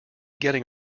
getting